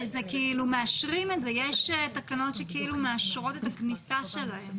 יש תקנות שכאילו מאשרות את הכניסה שלהם.